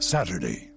Saturday